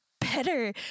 better